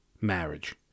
marriage